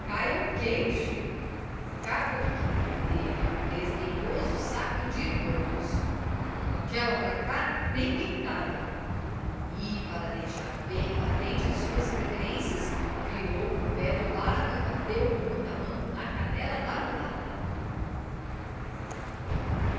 o queixo o cavouqueiro teve um desdenhoso sacudir dombros aquela pra cá nem pintada e para deixar bem patente as suas preferências virou o pé do lado e bateu com o tamanco na canela da mulata